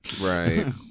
right